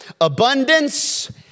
abundance